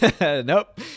Nope